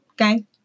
Okay